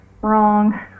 Wrong